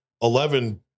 Eleven